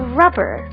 rubber